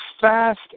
fast